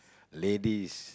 ladies